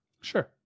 sure